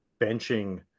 benching